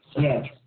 Yes